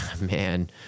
man